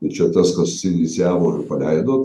tai čia tas kas inicijavo ir paleido